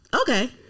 Okay